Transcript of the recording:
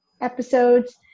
episodes